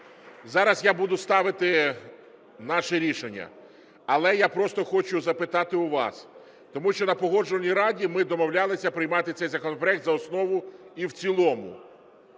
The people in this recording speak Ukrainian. зараз я буду ставити наше рішення, але я просто хочу запитати у вас, тому що на Погоджувальній раді ми домовлялися приймати цей законопроект за основу і в цілому.